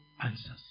answers